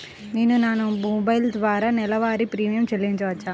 నేను నా మొబైల్ ద్వారా నెలవారీ ప్రీమియం చెల్లించవచ్చా?